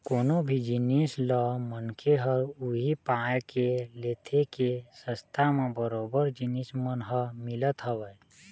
कोनो भी जिनिस ल मनखे ह उही पाय के लेथे के सस्ता म बरोबर जिनिस मन ह मिलत हवय